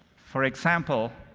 for example,